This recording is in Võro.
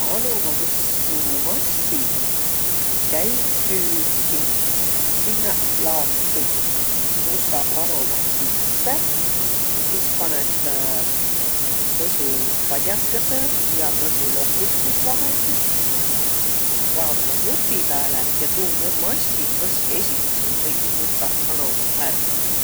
Anomamõsumassin käü küüki. Sinnäq laot kõik mustaq anomaq sisse, sis panõt mõsupad'akõsõ ja mõsuloputusvahendit, vaotat nupi pääle ja tuu m- massin mõsk esiq sul kõik mustaq anomaq ärq.